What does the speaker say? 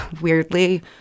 weirdly